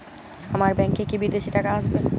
আমার ব্যংকে কি বিদেশি টাকা আসবে?